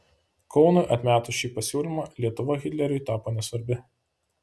kaunui atmetus šį pasiūlymą lietuva hitleriui tapo nesvarbi